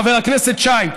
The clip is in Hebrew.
חבר הכנסת שי.